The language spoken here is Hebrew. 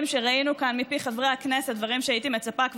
של חברי הקואליציה, 55% ממצביעי